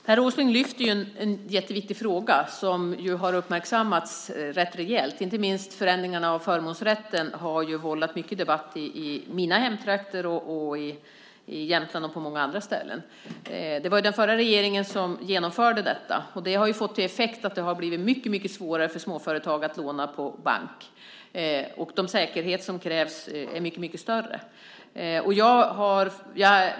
Herr talman! Per Åsling lyfter fram en jätteviktig fråga som har uppmärksammats rätt rejält. Inte minst förändringarna av förmånsrätten har vållat mycket debatt i mina hemtrakter, i Jämtland och på många andra ställen. Det var den förra regeringen som genomförde detta. Det har fått till effekt att det har blivit mycket svårare för småföretag att låna pengar i bank. Och de säkerheter som krävs är mycket större.